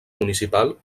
municipal